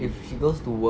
if she goes to work